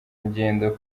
ngendo